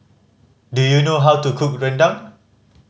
do you know how to cook rendang